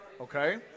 Okay